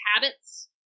habits